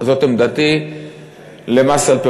זאת עמדתי,